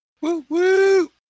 Woo-woo